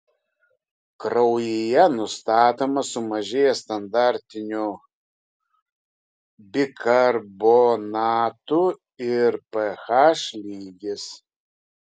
kraujyje nustatomas sumažėjęs standartinių bikarbonatų ir ph lygis